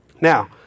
Now